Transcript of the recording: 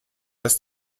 das